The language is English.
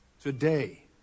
Today